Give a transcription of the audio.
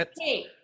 Hey